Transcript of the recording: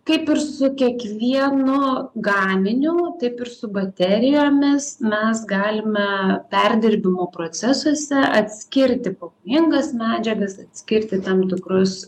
kaip ir su kiekvienu gaminiu taip ir su baterijomis mes galime perdirbimo procesuose atskirti pavojingas medžiagas atskirti tam tikrus